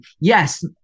yes